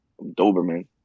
Doberman